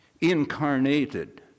incarnated